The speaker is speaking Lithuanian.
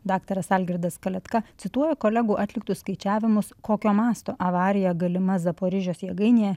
daktaras algirdas kaletka cituoja kolegų atliktus skaičiavimus kokio masto avarija galima zaporižios jėgainėje